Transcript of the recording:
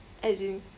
as in